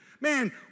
Man